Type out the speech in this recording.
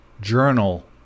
journal